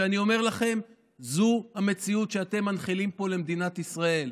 ואני אומר לכם שזו המציאות שאתם מנחילים פה למדינת ישראל.